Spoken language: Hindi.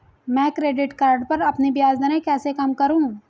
मैं क्रेडिट कार्ड पर अपनी ब्याज दरें कैसे कम करूँ?